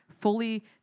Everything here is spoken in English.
fully